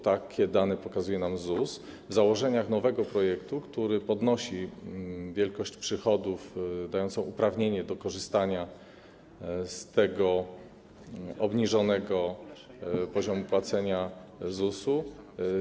Takie dane pokazuje nam ZUS w założeniach nowego projektu, który podnosi wielkość przychodów dającą uprawnienie do korzystania z tego obniżonego poziomu płacenia ZUS-u.